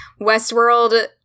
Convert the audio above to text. Westworld